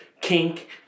kink